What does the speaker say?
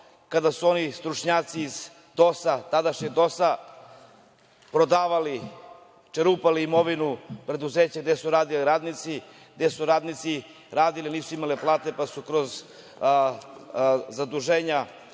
kada su oni stručnjaci iz tadašnjeg DOS-a prodavali, čerupali imovinu preduzeća gde su radili radnici, gde radnici nisu primali plate, pa su kroz zaduženja,